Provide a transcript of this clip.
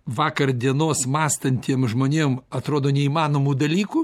vakar dienos mąstantiem žmonėm atrodo neįmanomų dalykų